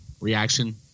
reaction